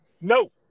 no